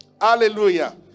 Hallelujah